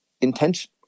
intention